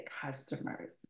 customers